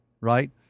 Right